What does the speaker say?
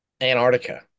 Antarctica